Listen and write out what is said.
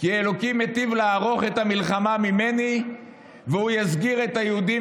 כי אלוקים מיטיב לערוך את המלחמה ממני והוא יסגיר את היהודים